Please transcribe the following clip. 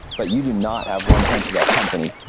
but you do not have one-tenth of that company.